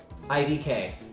IDK